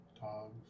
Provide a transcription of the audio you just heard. dogs